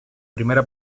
primera